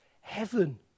Heaven